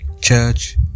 church